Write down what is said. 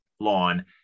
lawn